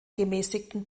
gemäßigten